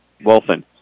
Wilson